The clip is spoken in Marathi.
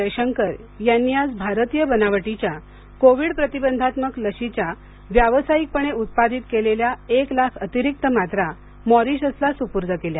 जयशंकर यांनी आज भारतीय बनावटीच्याकोविड प्रतिबंधात्मक लशीच्या व्यावसायिकपणे उत्पादित केलेल्या एक लाख अतिरिक्त मात्रा मॉरिशसला सुपूर्द केल्या